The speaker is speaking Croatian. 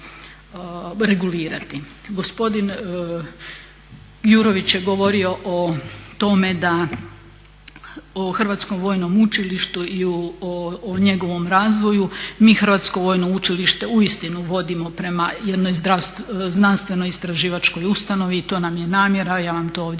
Gospodin Gjurković je o tome da o Hrvatskom vojnom učilištu i o njegovom razvoju, mi Hrvatsko vojno učilište uistinu vodimo prema jednoj znanstvenoistraživačkoj ustanovi i to nam je namjera, ja vam to ovdje